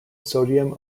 sodium